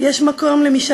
אז לא צריך משאל